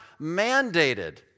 mandated